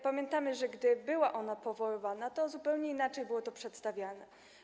Pamiętamy, że gdy ona była powoływana, zupełnie inaczej było to przedstawiane.